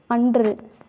அன்று